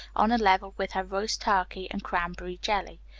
on a level with her roast turkey and cranberry jelly.